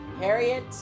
Harriet